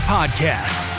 Podcast